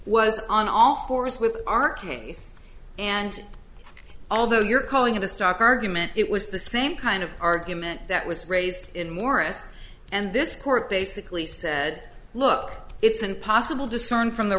was on all fours with our case and although you're calling it a stock argument it was the same kind of argument that was raised in morris and this court basically said look it's impossible discern from the